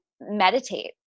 meditate